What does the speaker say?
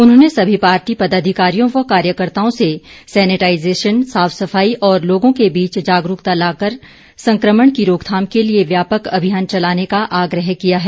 उन्होंने सभी पार्टी पदाधिकारियों व कार्यकर्ताओं से सैनेटाइजेशन साफ सफाई और लोगों के बीच जागरूकता लाकर संक्रमण की रोकथाम के लिए व्यापक अभियान चलाने का आग्रह किया है